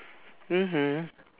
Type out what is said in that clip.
mmhmm